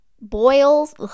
boils